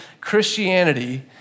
Christianity